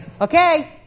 Okay